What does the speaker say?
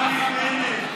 נפתלי בנט.